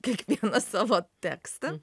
kiekvieną savo tekstą